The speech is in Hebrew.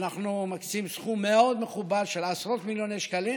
אנחנו מקצים סכום מאוד מכובד של עשרות מיליוני שקלים